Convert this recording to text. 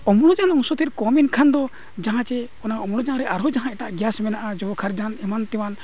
ᱚᱢᱚᱱᱡᱟᱱ ᱚᱝᱥᱚᱛᱮᱫ ᱠᱚᱢᱮᱱ ᱠᱷᱟᱱ ᱫᱚ ᱡᱟᱦᱟᱸ ᱡᱮ ᱚᱱᱟ ᱚᱢᱚᱱᱡᱟᱱᱨᱮ ᱟᱨᱦᱚᱸ ᱡᱟᱦᱟᱸ ᱮᱴᱟᱜ ᱢᱮᱱᱟᱜᱼᱟ ᱮᱢᱟᱱ ᱛᱮᱢᱟᱱ